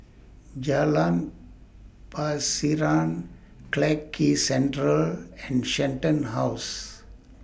Jalan Pasiran Clarke Quay Central and Shenton House